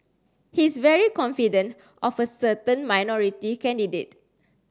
he's very confident of a certain minority candidate